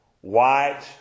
white